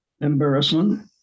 embarrassment